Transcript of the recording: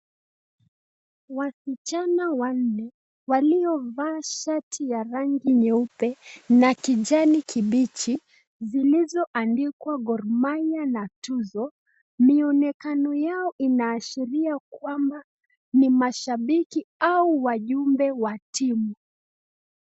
Wasichana wanne waliovaa shati ya rangi nyeupe na kijani kibichi zilizoandikwa Gormahia na tuzo. Muonekano yao inaashiria kwamba ni mashabiki au wajumbe wa timu.